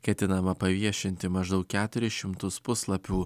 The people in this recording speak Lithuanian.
ketinama paviešinti maždaug keturis šimtus puslapių